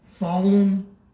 Fallen